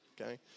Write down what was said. Okay